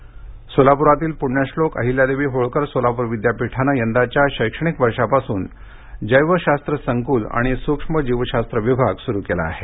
सोलापर जैवशास्त्र संकल सोलापुरातील पुण्यश्लोक अहिल्यादेवी होळकर सोलापूर विद्यापीठाने यंदाच्या शैक्षणिक वर्षापासून जैवशास्त्र संकूल आणि सूक्ष्म जीवशास्त्र विभाग सुरू केला आहे